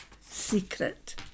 secret